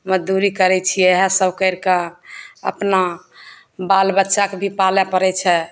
मजदूरी करैत छियै इहए सब करि कऽ अपना बालबच्चाके भी पालए पड़ैत छै